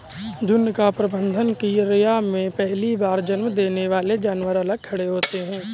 झुंड का प्रबंधन क्रिया में पहली बार जन्म देने वाले जानवर अलग खड़े होते हैं